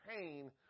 pain